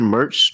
Merch